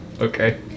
Okay